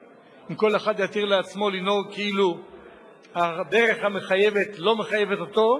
אם כל אחד יתיר לעצמו לנהוג כאילו הדרך המחייבת לא מחייבת אותו,